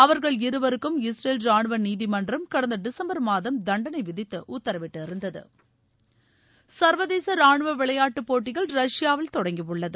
அவர்கள் இருவருக்கும் இஸ்ரேல் ராணுவ நீதிமன்றம் கடந்த டிசம்பர் மாதம் தண்டனை விதித்து உத்தரவிட்டிருந்தது சர்வதேச ரானுவ விளையாட்டுப் போட்டிகள் ரஷ்யாவில் தொடங்கியுள்ளது